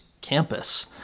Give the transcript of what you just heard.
campus